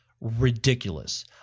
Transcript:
ridiculous